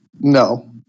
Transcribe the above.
No